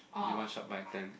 they one shot buy ten